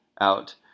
out